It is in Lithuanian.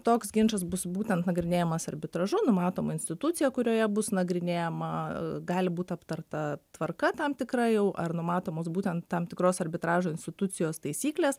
toks ginčas bus būtent nagrinėjamas arbitražu numatoma institucija kurioje bus nagrinėjama gali būt aptarta tvarka tam tikra jau ar numatomos būtent tam tikros arbitražo institucijos taisyklės